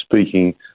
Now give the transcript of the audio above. speaking